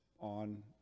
On